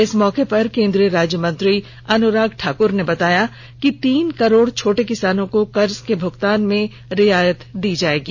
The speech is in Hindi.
इस मौके पर केंद्रीय राज्यमंत्री अनुराग ठाकुर ने बताया कि तीन करोड़ छोटे किसानों को कर्ज के भुगतान में रियायत दी जाएगी